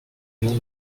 nom